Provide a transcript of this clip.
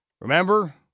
Remember